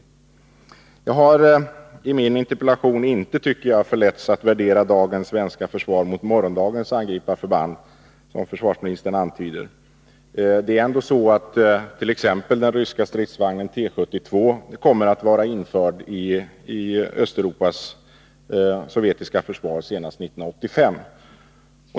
Jag tycker inte att jag, som försvarsministern antyder, har förletts att i min interpellation värdera dagens svenska försvar i förhållande till morgondagens angriparförband. Det är ändå så attt.ex. den ryska stridsvagnen T 72 kommer att vara införd i Östeuropas sovjetiska försvar senast 1985.